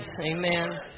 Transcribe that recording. amen